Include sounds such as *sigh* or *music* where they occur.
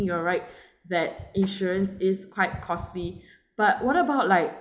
you you're right *breath* that insurance is quite costly *breath* but what about like